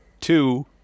Two